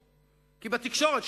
כי בתקשורת,